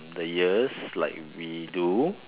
the ears like we do